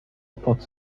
porte